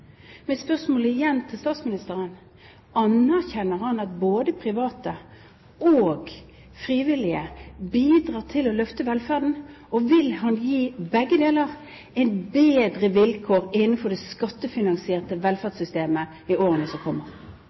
Mitt spørsmål igjen til statsministeren: Anerkjenner han at både private og frivillige bidrar til å løfte velferden, og vil han gi dem bedre vilkår innenfor det skattefinansierte velferdssystemet i årene som kommer?